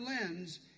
lens